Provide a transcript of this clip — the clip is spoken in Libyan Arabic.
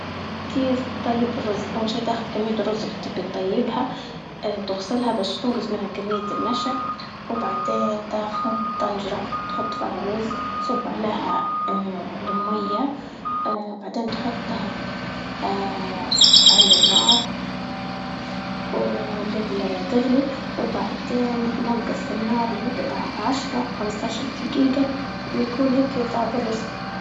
كيف تطيب الرز؟ أول شي تاخد كمية الرو اللي تبي تطيبها تغسلها باش تنقص منها كمية النشا، وبعدين تاخذ طنجرة تحط فيها رز صب عليها المية بعدين تحطها على النار، ولين تغلي وبعدين ننقص النار لمدة ع- عشرة أو خمسة عشر دقيقة ويكون هيكي طاب الرز.